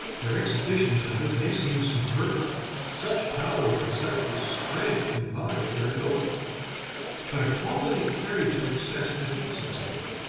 their exhibitions of it may seem superb such power and such restraint, combined, are noble but a quality carried to excess defeats itself.